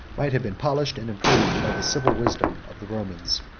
might have been polished and improved by the civil wisdom of the romans.